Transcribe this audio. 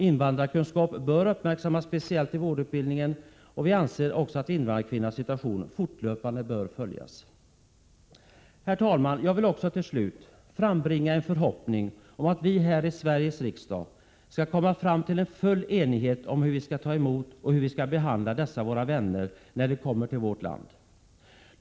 Invandrarkunskap bör uppmärksammas speciellt i vårdutbildningen, och vi anser också att invandrarkvinnornas situation fortlöpande bör följas. Herr talman! Jag vill till slut framföra en förhoppning om att vi här i Sveriges riksdag skall nå fullständig enighet om hur vi skall ta emot och behandla dessa våra vänner när de kommer till vårt land.